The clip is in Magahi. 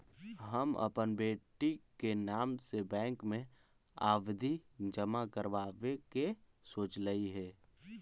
हम अपन बेटी के नाम पर बैंक में आवधि जमा करावावे के सोचली हे